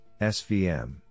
SVM